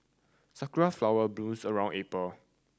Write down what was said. sakura flowers blooms around April